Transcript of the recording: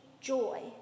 joy